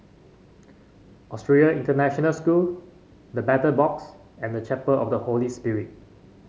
Australian International School The Battle Box and Chapel of the Holy Spirit